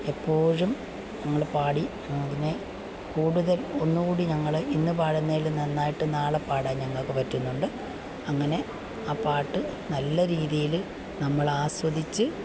എപ്പോഴും നമ്മൾ പാടി അങ്ങനെ കൂടുതൽ ഒന്നുകൂടി ഞങ്ങൾ ഇന്നു പാടുന്നതിലും നന്നായിട്ട് നാളെ പാടാൻ ഞങ്ങൾക്ക് പറ്റുന്നുണ്ട് അങ്ങനെ ആ പാട്ട് നല്ല രീതിയിൽ നമ്മൾ ആസ്വദിച്ച്